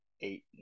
eight